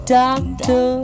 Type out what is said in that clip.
doctor